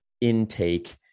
intake